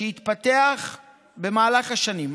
והתפתח במהלך השנים.